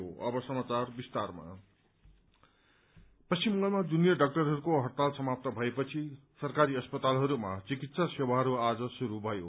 hospital normal पश्चिम बंगालमा junior डाक्टरहरूको हड़ताल समाप्त भएपछि सरकारी अस्पतालहरूमा चिकित्सा सेवाहरू आज शुरू भयो